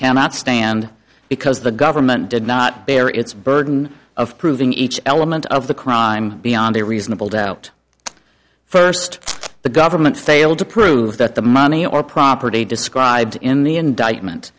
cannot stand because the government did not bear its burden of proving each element of the crime beyond a reasonable doubt first the government failed to prove that the money or property described in the indictment